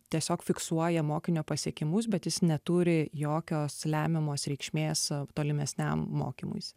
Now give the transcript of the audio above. tiesiog fiksuoja mokinio pasiekimus bet jis neturi jokios lemiamos reikšmės tolimesniam mokymuisi